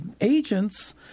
agents